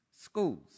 Schools